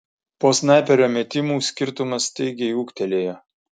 po snaiperio metimų skirtumas staigiai ūgtelėjo